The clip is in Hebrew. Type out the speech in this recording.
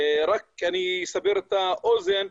רק אני אסבר את האוזן,